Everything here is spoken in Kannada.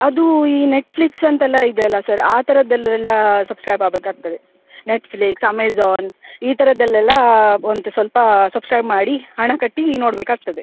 ಅದೂ ಈ ನೆಟ್ಫ್ಲಿಕ್ಸ್ ಅಂತೆಲ್ಲ ಇದೆ ಅಲ್ವ ಸರ್ ಆ ಥರದಲ್ಲೆಲ್ಲ ಸಬ್ಸ್ಕ್ರೈಬ್ ಆಗ್ಬೇಕಾಗ್ತದೆ ನೆಟ್ಫ್ಲಿಕ್ಸ್ ಅಮೆಜಾನ್ ಈ ಥರದಲ್ಲೆಲ್ಲ ಒಂದು ಸ್ವಲ್ಪ ಸಬ್ಸ್ಕ್ರೈಬ್ ಮಾಡಿ ಹಣ ಕಟ್ಟಿ ನೋಡಬೇಕಾಗ್ತದೆ